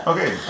Okay